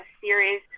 series